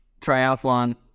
Triathlon